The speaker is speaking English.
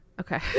Okay